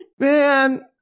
Man